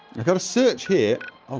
i've got to search here